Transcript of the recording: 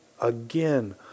again